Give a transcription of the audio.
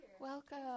welcome